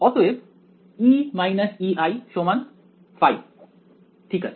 অতএব E Ei ϕ ঠিক আছে